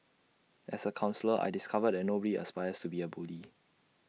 as A counsellor I discovered that nobody aspires to be A bully